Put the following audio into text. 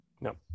no